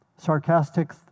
sarcastic